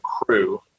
crew